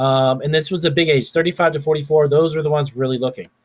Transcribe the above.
um and this was the big age, thirty five to forty four, those were the ones really looking,